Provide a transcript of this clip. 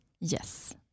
Yes